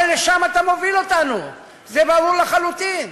הרי לשם אתה מוביל אותנו, זה ברור לחלוטין.